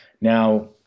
now